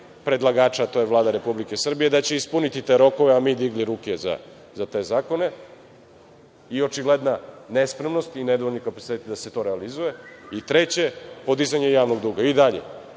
predlagača, a to je Vlada Republike Srbije, da će ispuniti te rokove, a mi digli ruke za te zakone i očigledna nespremnost i nedovoljni kapaciteti da se to realizuje i, treće, podizanje javnog duga i dalje.